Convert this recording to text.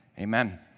Amen